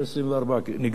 24 נגדי,